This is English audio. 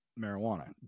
marijuana